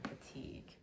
fatigue